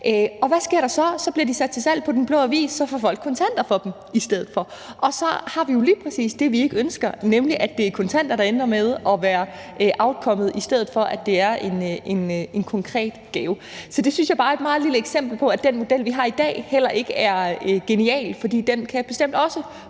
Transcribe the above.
Hvad sker der så? Så bliver de sat til salg på Den Blå Avis, og så får folk kontanter for dem i stedet for, og så får vi jo lige præcis det, vi ikke ønsker, nemlig at det er kontanter, der ender med at være udkommet, i stedet for at det er en konkret fysisk gave. Så det synes jeg bare er et lille eksempel på, at den model, vi har i dag, heller ikke er genial, fordi den bestemt også